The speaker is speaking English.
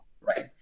right